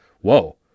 whoa